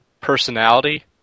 personality